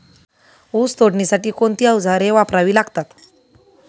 ऊस तोडणीसाठी कोणती अवजारे वापरावी लागतात?